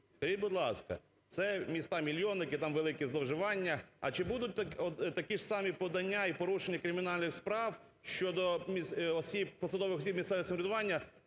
Скажіть, будь ласка, це міста мільйонники, там великі зловживання, а чи будуть от такі ж самі подання і порушення кримінальних справ щодо посадових осіб місцевого